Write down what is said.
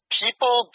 people